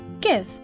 Give